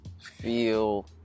feel